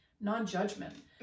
non-judgment